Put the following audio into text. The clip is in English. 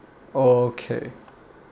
okay